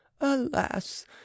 Alas